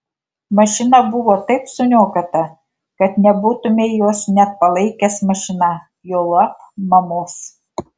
mašina buvo taip suniokota kad nebūtumei jos net palaikęs mašina juolab mamos